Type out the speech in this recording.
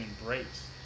embrace